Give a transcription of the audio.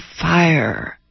fire